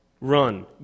Run